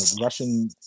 Russian